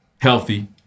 healthy